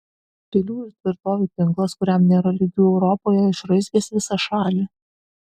pilių ir tvirtovių tinklas kuriam nėra lygių europoje išraizgęs visą šalį